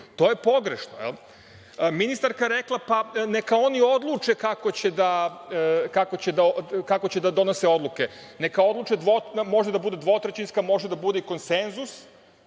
To je pogrešno. Ministarka je rekla – neka oni odluče kako će da donose odluke. Može da bude dvotrećinska, može da bude konsenzus,